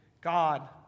God